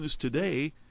today